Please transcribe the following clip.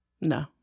No